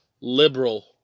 Liberal